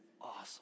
awesome